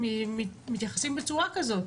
שמתייחסים בצורה כזאת?